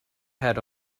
pad